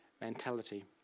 mentality